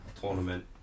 tournament